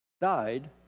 died